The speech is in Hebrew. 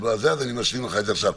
אז אני משלים לך את זה עכשיו.